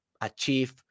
achieve